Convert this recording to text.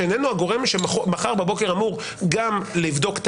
שאיננו הגורם שמחר בבוקר אמור גם לבדוק את